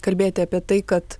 kalbėti apie tai kad